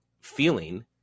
feeling